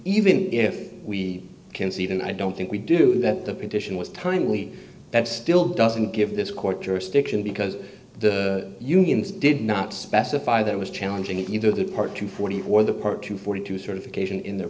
even if we can see even i don't think we do that the petition was timely that still doesn't give this court jurisdiction because the unions did not specify that was challenging either the part to forty or the part to forty two dollars certification in th